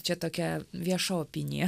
čia tokia vieša opinija